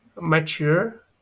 mature